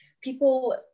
people